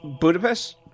Budapest